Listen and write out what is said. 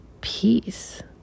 peace